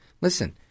listen